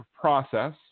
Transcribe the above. process